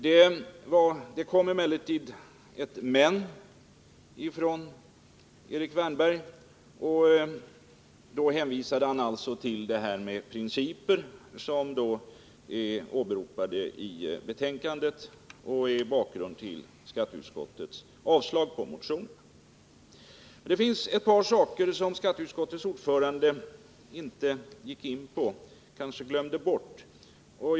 Det kom emellertid också ett ”men” från Erik Wärnberg; han hänvisade till de principer som åberopats i betänkandet och som är bakgrunden till skatteutskottets yrkande om avslag på motionen. Det var ett par saker som skatteutskottets ordförande inte gick in på — han kanske glömde bort dem.